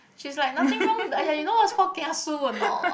she's like nothing wrong !aiya! you know what is called kiasu or not